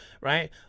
right